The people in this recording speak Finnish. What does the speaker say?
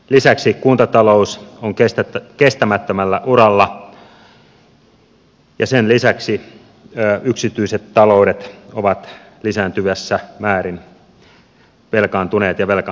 lisäksi kuntatalous on kestämättömällä uralla ja sen lisäksi yksityiset taloudet ovat lisääntyvässä määrin velkaantuneet ja velkaantumassa